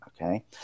Okay